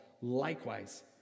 Likewise